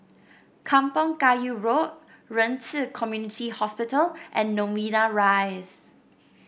Kampong Kayu Road Ren Ci Community Hospital and Novena Rise